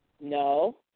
no